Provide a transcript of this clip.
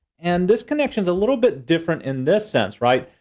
and this connection is a little bit different in this sense, right.